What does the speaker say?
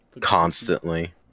constantly